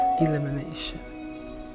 elimination